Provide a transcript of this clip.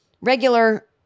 regular